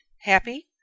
Happy